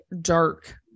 dark